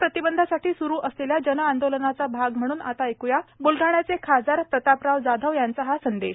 corona प्रतिबंधासाठी स्रू असलेल्या जनआंदोलनाचा भाग म्हणून आता ऐकूयात ब्लढाण्याचे खासदार प्रतापराव जाधव यांचा हा संदेश